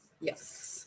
Yes